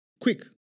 Quick